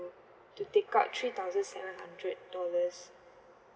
to take out three thousand seven hundred dollars